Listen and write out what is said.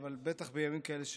אבל בטח בימים כאלה,